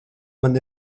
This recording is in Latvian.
man